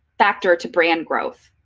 factor to brand growth?